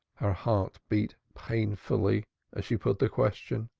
her heart beat painfully as she put the question.